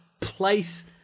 place